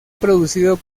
producido